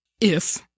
If